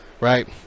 right